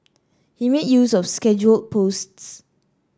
he made use of scheduled posts